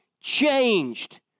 Changed